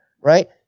Right